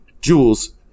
Jules